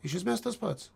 iš esmės tas pats